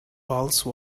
pulse